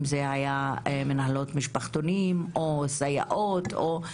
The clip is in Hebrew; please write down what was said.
היו אלה מנהלות משפחתונים או סייעות וכולי.